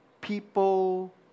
people